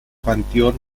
panteón